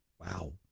Wow